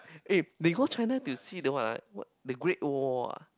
eh they go China to see that what ah the Great Wall ah